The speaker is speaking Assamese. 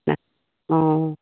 অঁ